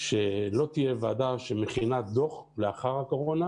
שלא תהיה ועדה שמכינה דוח לאחר הקורונה,